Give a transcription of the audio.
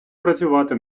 працювати